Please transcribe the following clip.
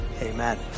Amen